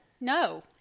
no